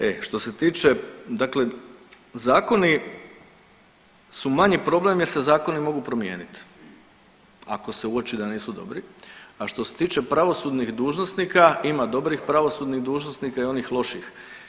E, što se tiče dakle zakoni su manji problem jer se zakoni mogu promijeniti ako se uoči da nisu dobri, a što se tiče pravosudnih dužnosnika ima dobrih pravosudnih dužnosnika i onih loših.